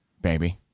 baby